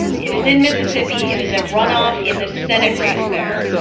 it is in mississippi. it is a runoff in the senate race there.